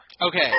Okay